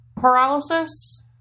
paralysis